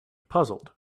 puzzled